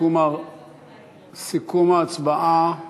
סיכום ההצבעה: